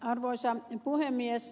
arvoisa puhemies